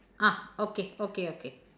ah okay okay okay